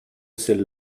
celle